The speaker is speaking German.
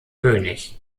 könig